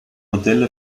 modelle